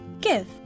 Give